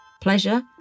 Pleasure